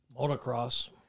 Motocross